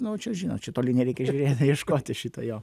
nu čia žinot čia toli nereikia žiūrėti ieškoti šito jo